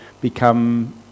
become